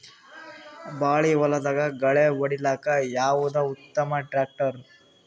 ಬಾಳಿ ಹೊಲದಾಗ ಗಳ್ಯಾ ಹೊಡಿಲಾಕ್ಕ ಯಾವದ ಉತ್ತಮ ಟ್ಯಾಕ್ಟರ್?